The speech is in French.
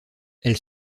elle